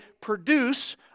produce